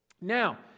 Now